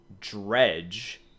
dredge